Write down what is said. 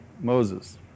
Moses